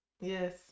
Yes